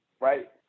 Right